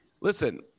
listen